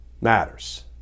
matters